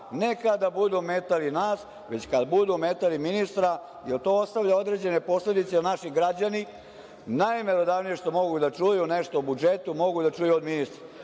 ne kada budu ometali nas, nego kada budu ometali ministra, jer to ostavlja određene posledice jer naši građani najmerodavnije što mogu da čuju nešto o budžetu, mogu da čuju od ministra.